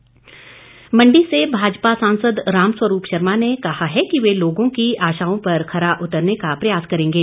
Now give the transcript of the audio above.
रामस्वरूप मंडी से भाजपा सांसद रामस्वरूप शर्मा ने कहा है कि वे लोगों की आशाओं पर खरा उतरने का प्रयास करेंगे